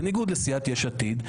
בניגוד לסיעת יש עתיד,